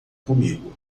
comigo